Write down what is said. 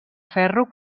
ferro